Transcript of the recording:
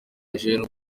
eugene